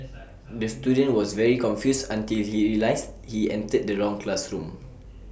the student was very confused until he realised he entered the wrong classroom